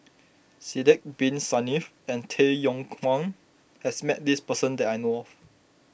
Sidek Bin Saniff and Tay Yong Kwang has met this person that I know of